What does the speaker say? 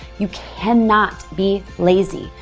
you cannot be lazy.